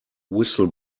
whistle